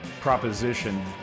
proposition